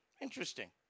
Interesting